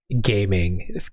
gaming